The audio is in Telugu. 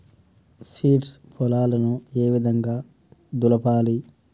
సీడ్స్ పొలాలను ఏ విధంగా దులపాలి?